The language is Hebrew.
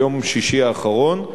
ביום שישי האחרון,